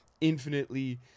infinitely